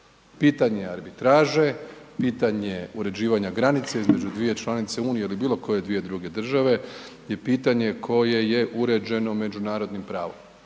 Pitanje arbitraže, pitanje uređivanja granice između dvije članice Unije ili bilo koje dvije druge države je pitanje koje je uređeno međunarodnim pravom,